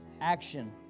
Action